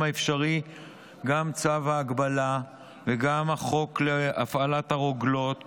האפשרי גם צו ההגבלה וגם החוק להפעלת הרוגלות